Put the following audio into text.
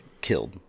killed